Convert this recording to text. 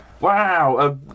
Wow